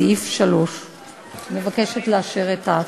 סעיף 3. אני מבקשת לאשר את ההצעה.